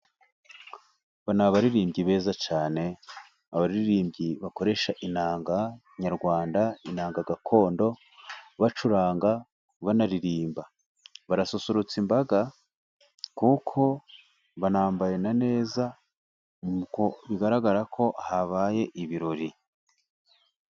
Aba ni abaririmbyi beza cyane, abaririmbyi bakoresha inanga nyarwanda, inanga gakondo bacuranga banaririmba. Barasusurutsa imbaga kuko banambaye na neza, nkuko bigaragara ko habaye ibirori.